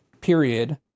period